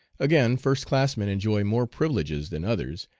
again, first-classmen enjoy more privileges than others,